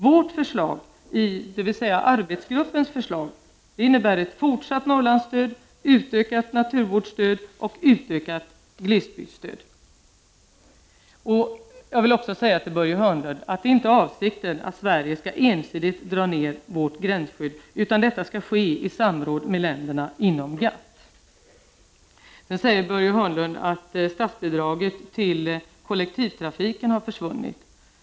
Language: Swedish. Vårt förslag — dvs. arbetsgruppens förslag — innebär fortsatt Norrlandsstöd, utökat naturvårdsstöd och utökat glesbygdsstöd. Till Börje Hörnlund vill jag också säga att avsikten inte är att Sverige skall dra ned gränsskyddet ensidigt, utan det skall ske i samråd med länderna inom GATT. Sedan säger Börje Hörnlund att statsbidraget till kollektivtrafiken har försvunnit.